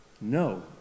no